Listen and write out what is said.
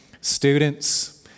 students